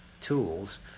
tools